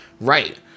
Right